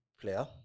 Player